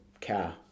car